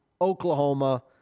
Oklahoma